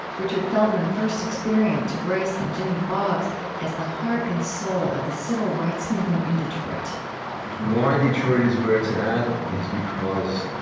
richard feldman first experienced grace and jimmy boggs as the heart and soul of the civil rights movement in detroit why detroit is where it's at is because